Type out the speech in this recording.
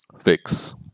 fix